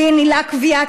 עו"ד הילה קויאט,